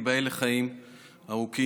שתיבדל לחיים ארוכים,